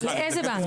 לאיזה בנק?